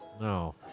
No